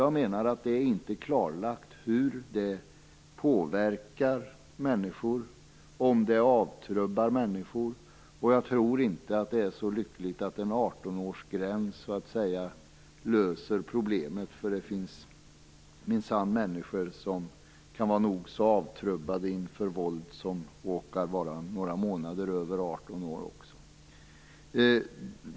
Jag menar att det inte är klarlagt hur det påverkar människor, om det avtrubbar människor. Jag tror inte att det är så lyckligt att en 18 årsgräns löser problemet. Det finns minsann människor som råkar vara några månader över 18 år som är nog så avtrubbade inför våld.